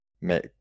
make